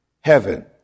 heaven